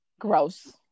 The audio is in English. gross